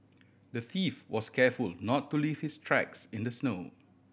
the thief was careful not to leave his tracks in the snow